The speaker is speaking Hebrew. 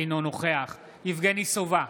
אינו נוכח יבגני סובה,